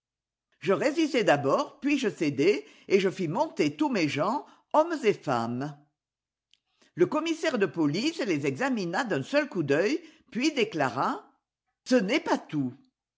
je résistai d'abord puis je cédai et je fis monter tous mes gens hommes et femmes le commissaire de pohce les examina d'un seul coup d'œil puis déclara ce n'est pas tout